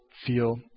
feel